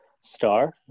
star